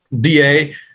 DA